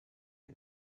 out